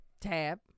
Tab